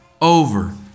over